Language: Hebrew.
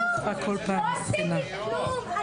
לא עשיתי כלום.